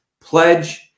pledge